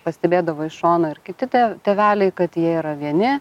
pastebėdavo iš šono ir kiti tė tėveliai kad jie yra vieni